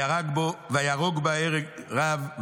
ויהרוג בה הרג רב,